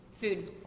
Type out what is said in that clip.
food